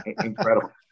incredible